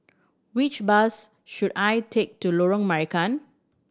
which bus should I take to Lorong Marican